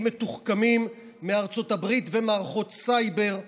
מתוחכמים מארצות הברית ומערכות סייבר לאמירויות,